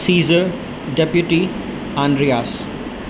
scissor deputy Andreas